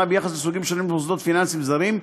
ביחס לסוגים שונים של מוסדות פיננסיים זרים,